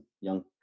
young